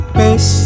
miss